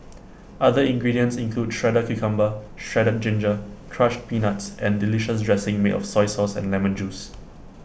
other ingredients include shredded cucumber shredded ginger crushed peanuts and delicious dressing made of soy sauce and lemon juice